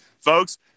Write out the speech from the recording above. Folks